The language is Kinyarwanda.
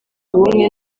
ubumwe